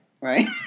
Right